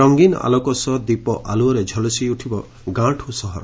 ରଙ୍ଙୀନ ଆଲୋକ ସହ ଦୀପ ଆଲ୍ରଅରେ ଝଲସିବ ଗାଁଠୁ ସହର